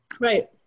Right